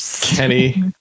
Kenny